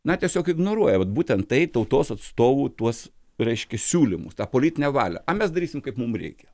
na tiesiog ignoruoja vat būtent tai tautos atstovų tuos reiškia siūlymus tą politinę valią a mes darysim kaip mum reikia